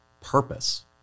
purpose